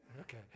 Okay